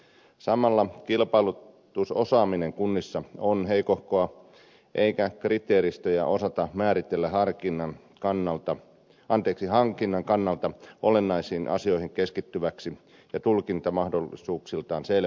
samalla kilpailutusosaaminen kunnissa on heikohkoa eikä kriteeristöjä osata määritellä hankinnan kannalta olennaisiin asioihin keskittyviksi ja tulkintamahdollisuuksiltaan selviksi